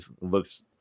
looks